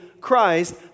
Christ